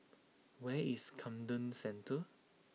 where is Camden Centre